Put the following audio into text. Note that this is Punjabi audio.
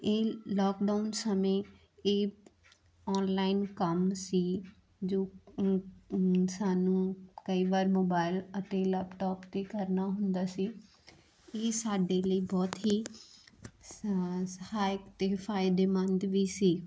ਇਹ ਲਾਕਡਾਊਨ ਸਮੇਂ ਇਹ ਆਨਲਾਈਨ ਕੰਮ ਸੀ ਜੋ ਸਾਨੂੰ ਕਈ ਵਾਰ ਮੋਬਾਇਲ ਅਤੇ ਲੈਪਟੋਪ 'ਤੇ ਕਰਨਾ ਹੁੰਦਾ ਸੀ ਇਹ ਸਾਡੇ ਲਈ ਬਹੁਤ ਹੀ ਸ ਸਹਾਇਕ ਅਤੇ ਫਾਇਦੇਮੰਦ ਵੀ ਸੀ